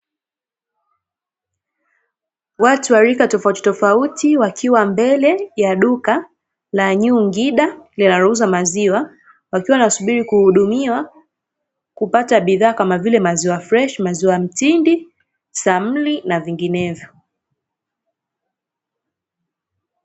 Watu wa rika tofautitofauti, wakiwa mbele ya duka la "nyungida" linalouza maziwa, wakiwa wanasubiri kuhudumiwa kupata bidhaa, kama vile: maziwa freshi, maziwa mtindi, samli na vinginevyo.